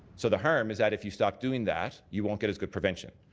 so the harm is that if you stop doing that, you won't get as good prevention.